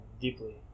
deeply